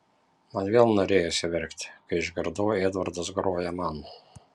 man vėl norėjosi verkti kai išgirdau edvardas groja man